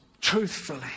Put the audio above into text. truthfully